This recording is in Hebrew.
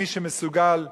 מי שמסוגל להרוג,